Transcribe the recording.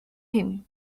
him